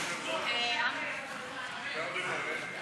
שנפרדו (תיקון מס' 3), התשע"ח 2018, נתקבל.